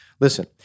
Listen